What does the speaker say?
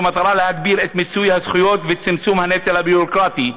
במטרה להגביר את מיצוי הזכויות וצמצום הנטל הביורוקרטי,